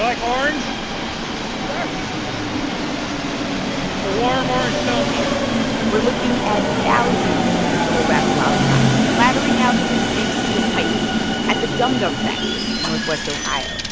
um we're looking at thousands of these little wrapped lollipops clattering out of this big steel pipe at the dum dum factory northwest ohio